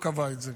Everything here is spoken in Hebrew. הוא קבע את זה,